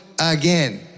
again